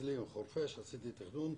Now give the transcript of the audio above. אצלי בחורפיש עשיתי תכנון,